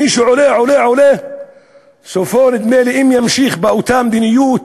עולה, סופו, נדמה לי, אם ימשיך באותה מדיניות,